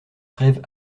trêve